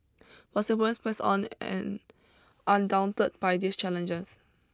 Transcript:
but Singaporeans pressed on and undaunted by these challenges